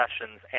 sessions